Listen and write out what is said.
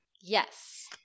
Yes